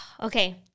Okay